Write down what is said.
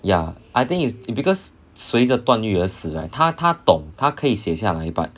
ya I think is it because 随着段虐而死他他懂他可以写下来 but